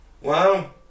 Wow